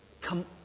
come